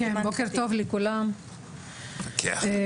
בבקשה.